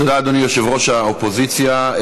תודה, אדוני יושב-ראש האופוזיציה.